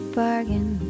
bargain